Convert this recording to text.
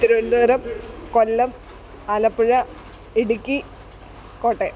Thiruvananthapuram Kollam Alappuzha Idukki Kottayam